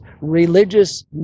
religious